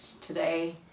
today